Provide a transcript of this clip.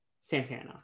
Santana